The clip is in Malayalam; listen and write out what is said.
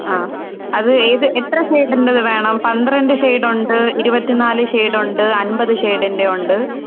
ആ അത് ഏത് എത്ര ഷേയ്ടൊള്ളത് വേണം പന്ത്രണ്ട് ഷേയ്ടൊണ്ട് ഇരുപത്തിനാല് ഷേയ്ടൊണ്ട് അൻപത് ഷേയ്ഡിൻ്റെ ഉണ്ട്